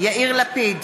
יאיר לפיד,